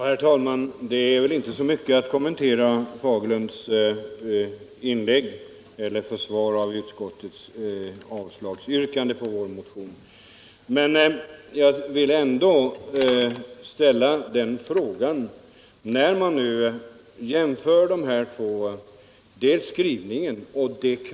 Herr talman! Det finns inte så mycket att kommentera i herr Fagerlunds inlägg till försvar av utskottets avslagsyrkande beträffande vår motion. Men jag ville ändå ställa ett par frågor.